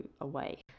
away